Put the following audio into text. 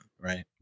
right